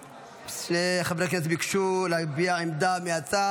חברי הכנסת ביקשו להביע עמדה מהצד.